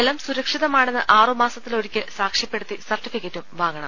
ജലം സുരക്ഷിതമാണെന്ന് ആറുമാ സത്തിലൊരിക്കൽ സാക്ഷ്യപ്പെടുത്തി സർട്ടിഫിക്കറ്റും വാങ്ങണം